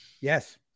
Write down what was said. Yes